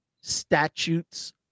statutes